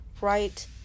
right